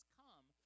come